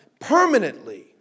permanently